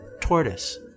tortoise